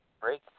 break